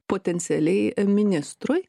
potencialiai ministrui